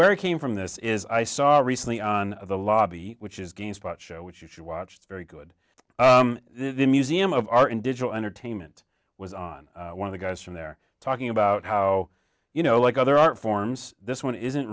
where it came from this is i saw it recently on the lobby which is against pot show which you should watch very good the museum of art and digital entertainment was on one of the guys from there talking about how you know like other art forms this one isn't